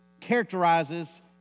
characterizes